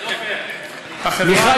החברה,